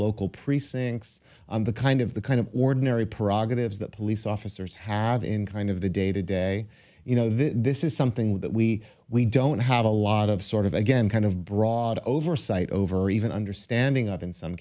local precincts the kind of the kind of ordinary parag that is that police officers have in kind of the day to day you know this is something that we we don't have a lot of sort of again kind of broad oversight over or even understanding of in some